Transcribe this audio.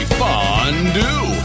fondue